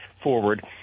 forward